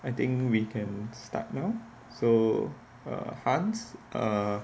I think we can start now so err hans err